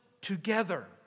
together